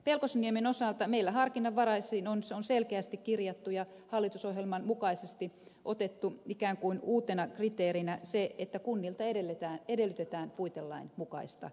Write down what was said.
pelkosenniemen osalta meillä harkinnanvaraisiin on selkeästi kirjattu ja hallitusohjelman mukaisesti otettu ikään kuin uutena kriteerinä se että kunnilta edellytetään puitelain mukaista toimintaa